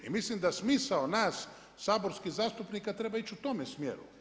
I mislim da smisao nas saborskih zastupnika treba ići u tome smjeru.